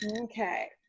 Okay